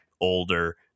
older